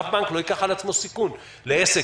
אף בנק לא ייקח על עצמו סיכון על עסק